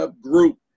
group